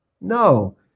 No